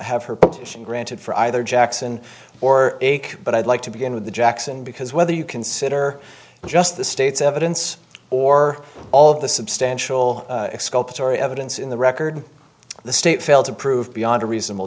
have her petition granted for either jackson or ache but i'd like to begin with jackson because whether you consider just the state's evidence or all of the substantial exculpatory evidence in the record the state failed to prove beyond a reasonable